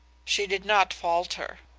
she did not falter.